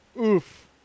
Oof